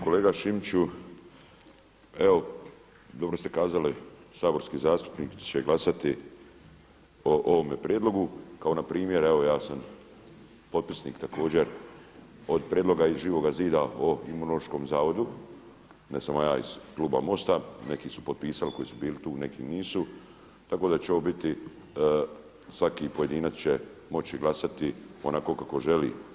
Kolega Šimiću, evo dobro ste kazali saborski zastupnici će glasati o ovome prijedlogu kao npr. evo ja sam potpisnik također od prijedloga Živoga zida o Imunološkom zavodu ne samo ja iz kluba MOST-a, neki su potpisali koji su bili tu, neki nisu tako da će svaki pojedinac moći glasati onako kako želi.